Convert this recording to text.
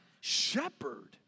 shepherd